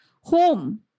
home